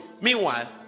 Meanwhile